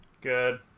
Good